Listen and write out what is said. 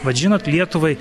vat žinot lietuvai